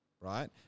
right